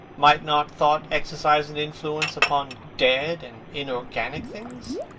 might not thought exercise an influence upon dead and inorganic things?